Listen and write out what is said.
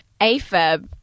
AFAB